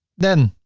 then,